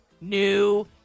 new